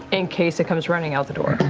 and case it comes running out the door.